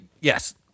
yes